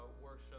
worship